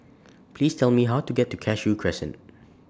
Please Tell Me How to get to Cashew Crescent